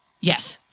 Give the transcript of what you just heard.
yes